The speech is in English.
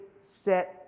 set